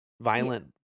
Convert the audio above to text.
violent